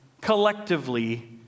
collectively